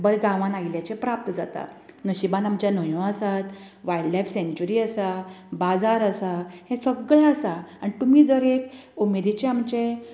बरें गांवाक आयिल्ल्याचें प्राप्त जाता नशिबान आमच्या न्हंयो आसात वायल्ड लायफ सेंचुरी आसा बाजार आसा हें सगळें आसा आनी तुमी जर एक उमेदीचें आमचें